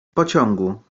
pociągu